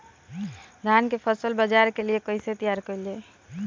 धान के फसल बाजार के लिए कईसे तैयार कइल जाए?